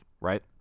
right